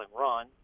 run